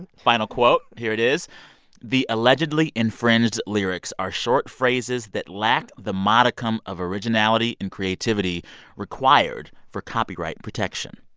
and final quote here it is the allegedly infringed lyrics are short phrases that lack the modicum of originality and creativity required for copyright protection.